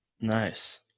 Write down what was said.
Nice